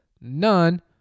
None